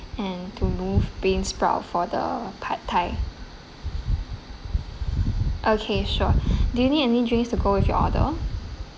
and to remove beansprout for pad thai okay sure do you need any drinks to go with your order